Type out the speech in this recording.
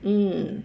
um